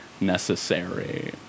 necessary